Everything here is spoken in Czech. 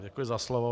Děkuji za slovo.